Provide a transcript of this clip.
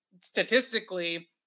statistically